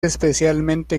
especialmente